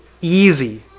easy